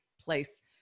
place